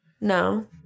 No